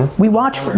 we watch,